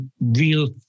real